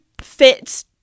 fit